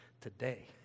today